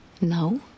No